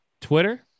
Twitter